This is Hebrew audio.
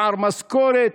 פער משכורת,